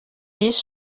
dix